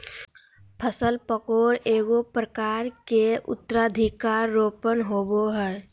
फसल पकरो एगो प्रकार के उत्तराधिकार रोपण होबय हइ